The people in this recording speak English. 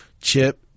chip